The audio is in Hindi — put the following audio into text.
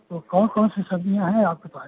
तो कौन कौन सी सब्ज़ियाँ हैं आपके पास